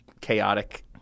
chaotic